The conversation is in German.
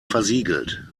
versiegelt